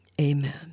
Amen